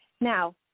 Now